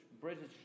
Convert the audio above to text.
British